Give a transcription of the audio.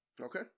Okay